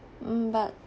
mm but